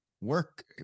work